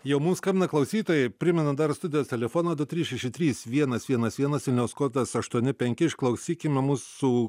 jau mums skambina klausytojai primenu dar studijos telefoną du trys šeši trys vienas vienas vienas vilnius kodas aštuoni penki išklausykime mūsų